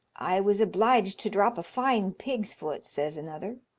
i was obliged to drop a fine pig's foot, says another.